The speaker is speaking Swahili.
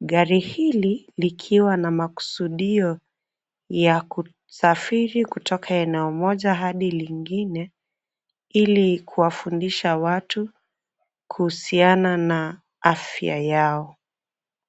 gari hili likiwa na makusudio ya kusafiri kutoka eneo moja hadi lingine ili kuwafundisha watu kuhusiana na afya yao.